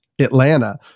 Atlanta